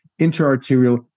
interarterial